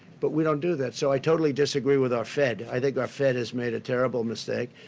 but we don't do that. so i totally disagree with our fed. i think our fed has made a terrible mistake,